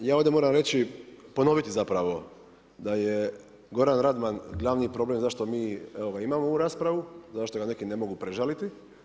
Ja ovdje moram reći, ponoviti zapravo da je Goran Radman glavni problem zašto mi imamo ovu raspravu, zašto ga neki ne mogu prežaliti.